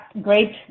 great